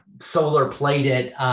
solar-plated